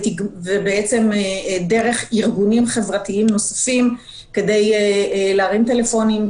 דרך ארגונים חברתיים נוספים כדי להרים טלפונים,